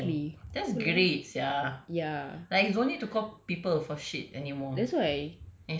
oh that's great sia like you don't need to call people for shit anymore